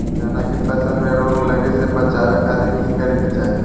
चना की फसल में रोग लगे से बचावे खातिर की करे के चाही?